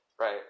right